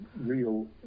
real